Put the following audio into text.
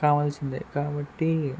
కావాల్సిందే కాబట్టి